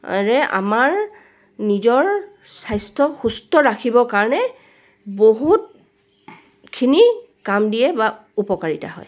এৰে আমাৰ নিজৰ স্বাস্থ্য সুস্থ ৰাখিবৰ কাৰণে বহুতখিনি কাম দিয়ে বা উপকাৰিতা হয়